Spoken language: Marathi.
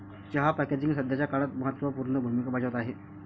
चहा पॅकेजिंग सध्याच्या काळात महत्त्व पूर्ण भूमिका बजावत आहे